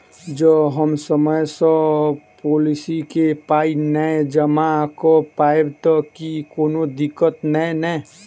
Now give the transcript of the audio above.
जँ हम समय सअ पोलिसी केँ पाई नै जमा कऽ पायब तऽ की कोनो दिक्कत नै नै?